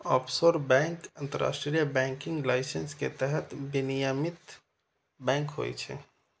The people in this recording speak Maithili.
ऑफसोर बैंक अंतरराष्ट्रीय बैंकिंग लाइसेंस के तहत विनियमित बैंक होइ छै